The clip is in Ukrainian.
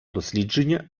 дослідження